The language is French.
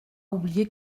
oublié